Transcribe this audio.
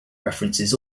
references